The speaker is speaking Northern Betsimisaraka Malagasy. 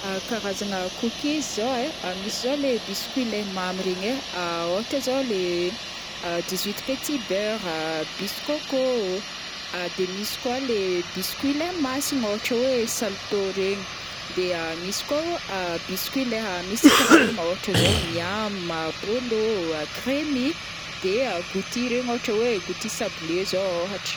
karazagna cookies zao ai, misy zao ai le biscuit leha mamy regny ai, ohatra zao le dix huit petits beurres a, bis côcô, de misy koa le biscuits leha masigny ôhatra hoe salto regny, de misy koa biscuits leha misy crème ôhatra zao miam, bôlô, kremy, de gouty regny, ohatra hoe gouty sablé zao ôhatra.